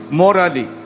morally